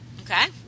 Okay